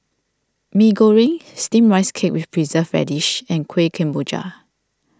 Mee Goreng Steamed Rice Cake with Preserved Radish and Kueh Kemboja